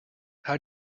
how